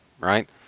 right